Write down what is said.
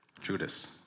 Judas